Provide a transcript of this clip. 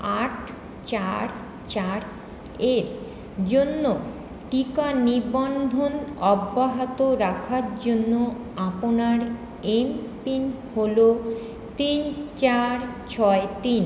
আট চার চার এর জন্য টিকা নিবন্ধন অব্যাহত রাখার জন্য আপনার এমপিন হল তিন চার ছয় তিন